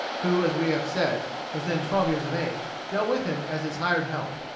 who, as we have said, was then twelve years of age, go with him as his hired help.